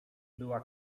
była